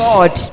God